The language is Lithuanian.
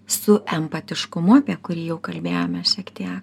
su empatiškumu apie kurį jau kalbėjome šiek tiek